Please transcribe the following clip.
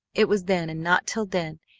it was then, and not till then,